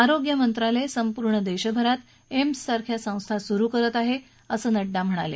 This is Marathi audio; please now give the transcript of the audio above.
आरोग्य मंत्रालय संपूर्ण देशात एम्स सारख्या संस्था सुरु करत आहे असं नङ्डा म्हणाले